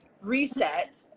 reset